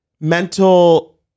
mental